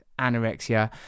anorexia